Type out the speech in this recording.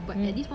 mm